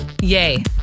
yay